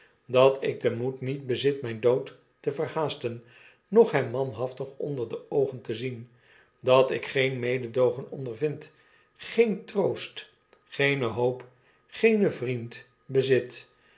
dat ik den moed niet bezit myn dood te verhaasten noch hem manhaftig onder de oogen te zien dat ik geen mededoogen ondervind geen troost geene hoop geenvriend bezit